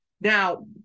Now